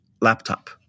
laptop